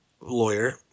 lawyer